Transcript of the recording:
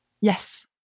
Yes